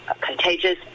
contagious